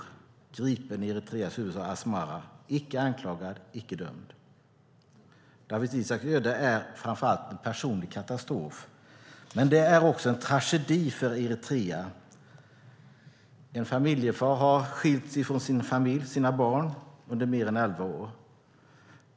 Han greps i Eritreas huvudstad Asmara och är icke anklagad och icke dömd. Dawit Isaaks öde är framför allt en personlig katastrof, men det är också en tragedi för Eritrea. En familjefar har skilts från sin familj, från sina barn, under mer än elva år.